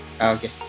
Okay